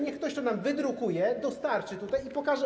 Niech ktoś nam to wydrukuje, dostarczy tutaj i pokaże.